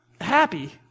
happy